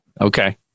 Okay